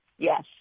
Yes